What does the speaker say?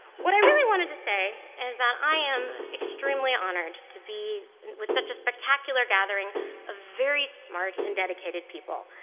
what i really wanted to say is that i am extremely honored to be with such a spectacular gathering of very smart and dedicated people.